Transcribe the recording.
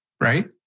right